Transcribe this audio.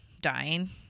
dying